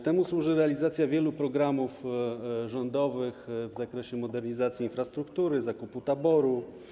Temu służy realizacja wielu programów rządowych w zakresie modernizacji infrastruktury, zakupu taboru.